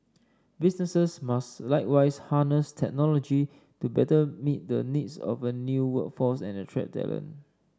businesses must likewise harness technology to better meet the needs of a new workforce and attract talent